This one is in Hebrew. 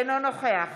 אינו נוכח